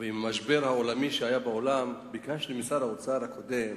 ועם פרוץ המשבר העולמי ביקשתי משר האוצר הקודם